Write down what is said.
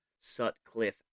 Sutcliffe